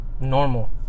normal